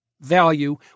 value